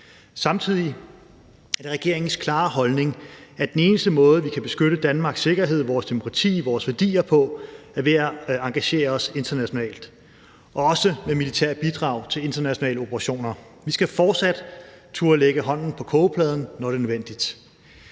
Samtidig er det regeringens klare holdning, at den eneste måde, vi kan beskytte Danmarks sikkerhed, vores demokrati og vores værdier på, er ved at engagere os internationalt, også med militære bidrag til internationale operationer. Vi skal fortsat turde lægge hånden på kogepladen, når det er nødvendigt.